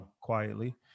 quietly